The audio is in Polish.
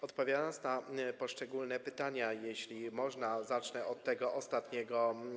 Odpowiem na poszczególne pytania i jeśli można, zacznę od tego ostatniego.